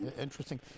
Interesting